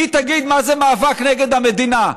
היא תגיד מה זה מאבק נגד המדינה.